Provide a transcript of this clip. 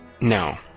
No